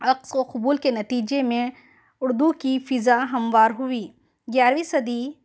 عقس کو قبول کے نتیجے میں اُردو کی فضا ہموار ہوئی گیارہوی صدی